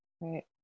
right